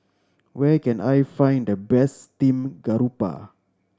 where can I find the best steamed garoupa